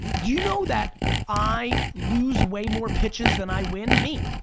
do you know that i lose way more pitches than i win? me,